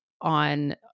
on